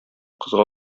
кызга